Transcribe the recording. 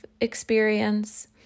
experience